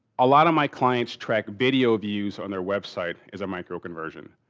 a lot of my clients track video views on their website as a micro conversion.